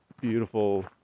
beautiful